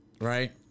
right